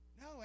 No